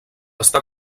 està